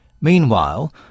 Meanwhile